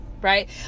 right